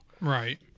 Right